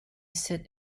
sit